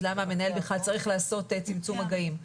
למה המנהל בכלל צריך לעשות צמצום מגעים.